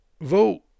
Vote